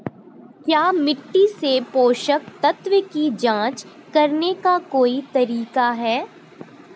क्या मिट्टी से पोषक तत्व की जांच करने का कोई तरीका है?